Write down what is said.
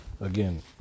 Again